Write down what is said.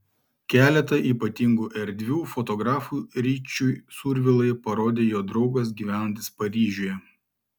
keletą ypatingų erdvių fotografui ryčiui survilai parodė jo draugas gyvenantis paryžiuje